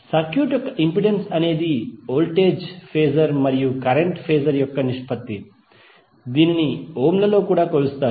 circuit యొక్క impedance అనేది voltage phasor మరియు కరెంట్ ఫేజర్ యొక్క నిష్పత్తి మరియు దీనిని ఓం లలో కూడా కొలుస్తారు